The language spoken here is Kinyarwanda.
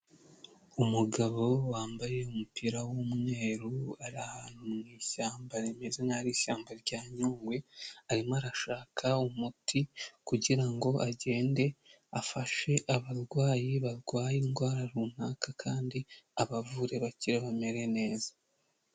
Umugabo wambaye umupira w'umweru, ari ahantu mu ishyamba rimeze nk'aho ari ishyamba rya Nyungwe, arimo arashaka umuti kugira ngo agende afashe abarwayi barwaye indwara runaka kandi abavure bakire, bamere neza.